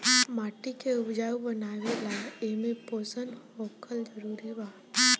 माटी के उपजाऊ बनावे ला एमे पोषण होखल जरूरी बा